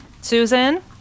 Susan